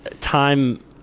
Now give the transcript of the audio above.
time